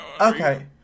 Okay